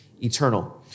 eternal